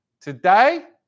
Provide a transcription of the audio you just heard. today